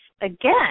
again